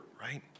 right